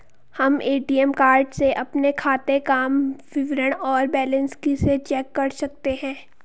हम ATM card से अपने खाते काम विवरण और बैलेंस कैसे चेक कर सकते हैं?